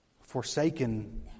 forsaken